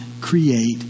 create